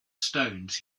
stones